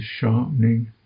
sharpening